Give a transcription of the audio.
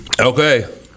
Okay